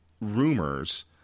rumors